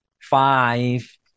Five